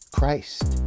Christ